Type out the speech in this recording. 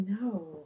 No